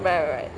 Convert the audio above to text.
right right